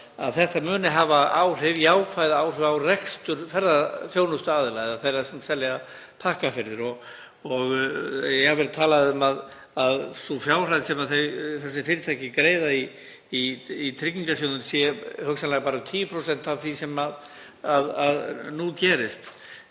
að þetta muni hafa jákvæð áhrif á rekstur ferðaþjónustuaðila eða þeirra sem selja pakkaferðir. Og jafnvel er talað um að sú fjárhæð sem þessi fyrirtæki greiða í tryggingasjóðinn sé hugsanlega bara 10% af því sem að nú gerist.